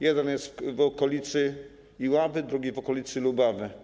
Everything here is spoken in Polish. Jeden jest w okolicy Iławy, drugi w okolicy Lubawy.